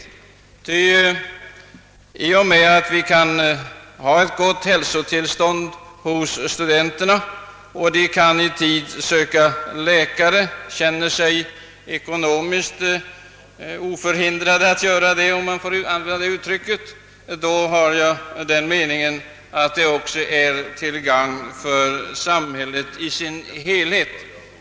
Att man åstadkommer ett bättre hälsotillstånd bland studenterna genom att de känner sig ekonomiskt oförhindrade, om jag får använda det uttrycket, att i tid söka läkare är till gagn för samhället i dess helhet.